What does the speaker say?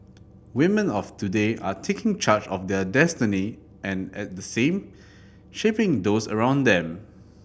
women of today are taking charge of their destiny and at the same shaping those around them